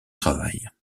travail